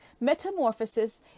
metamorphosis